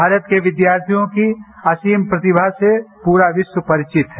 भारत के विद्यार्थियों की असीम प्रतिभा से पूरा विश्व परिचति है